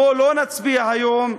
בוא לא נצביע היום,